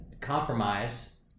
compromise